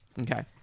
Okay